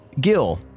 Gil